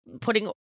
Putting